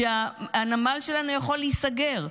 שהנמל שלנו יכול להיסגר,